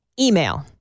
email